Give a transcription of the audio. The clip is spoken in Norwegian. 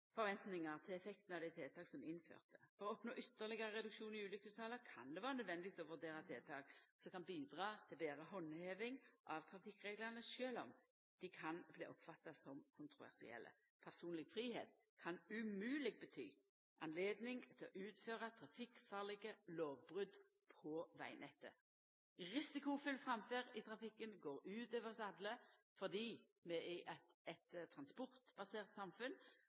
forventningar til effekten av dei tiltaka som er innførte. For å oppnå ytterlegare reduksjon i ulukkestala kan det vera naudsynt å vurdera tiltak som kan bidra til betre handheving av trafikkreglane, sjølv om dei kan bli oppfatta som kontroversielle. Personleg fridom kan umogeleg bety høve til å utføra trafikkfarlege lovbrot på vegnettet. Risikofull framferd i trafikken går ut over oss alle, fordi vi i eit transportbasert samfunn